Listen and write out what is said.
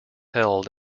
held